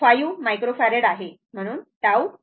5 microfarad आहे